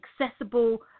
accessible